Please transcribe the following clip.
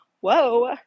Whoa